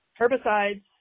herbicides